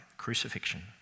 Crucifixion